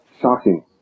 shocking